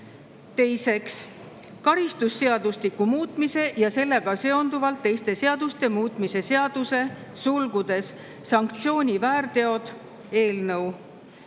Teiseks, karistusseadustiku muutmise ja sellega seonduvalt teiste seaduste muutmise seaduse (sanktsiooniväärteod) eelnõu.